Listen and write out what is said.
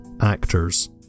actors